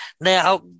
Now